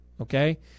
Okay